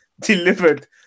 delivered